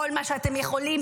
כל מה שאתם יכולים,